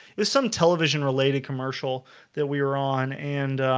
there's some television related commercial that we were on and